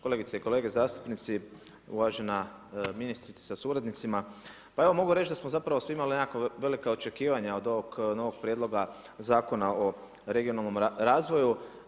Kolegice i kolege zastupnici, uvažena ministrice sa suradnicima, pa evo, mogu reći da smo svi imali nekakva velika očekivanja, od ovog novog prijedloga Zakona o regionalnom razvoju.